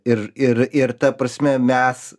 ir ir ir ta prasme mes